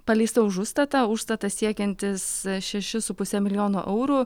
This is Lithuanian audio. paleista už užstatą užstatas siekiantis šešis su puse milijono eurų